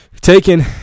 taken